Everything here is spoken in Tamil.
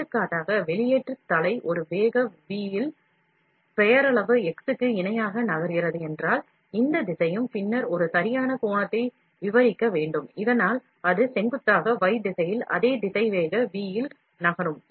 எடுத்துக்காட்டாக வெளியேற்றும் தலை ஒரு வேகம் v இல் பெயரளவு x க்கு இணையாக நகர்கிறது என்றால் இந்த திசையும் பின்னர் ஒரு சரியான கோணத்தை விவரிக்க வேண்டும் இதனால் அது செங்குத்தாக y திசையில் அதே திசைவேக v இல் நகரும்